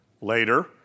Later